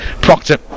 Proctor